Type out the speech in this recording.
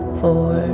four